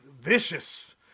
vicious